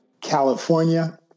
California